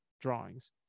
drawings